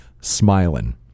smiling